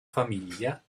famiglia